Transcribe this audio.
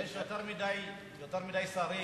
יש יותר מדי שרים.